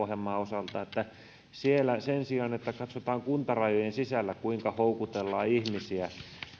pohjanmaan osalta että sen sijaan että katsotaan kuntarajojen sisällä kuinka houkutellaan ihmisiä